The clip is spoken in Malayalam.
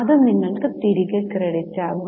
അത് നിങ്ങൾക് തിരികെ ക്രെഡിറ്റ് ആകും